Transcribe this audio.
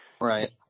right